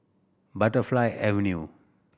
Butterfly Avenue